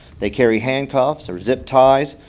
they carry handcuffs or zip ties,